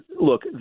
look